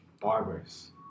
barbers